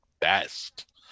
best